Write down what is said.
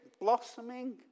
blossoming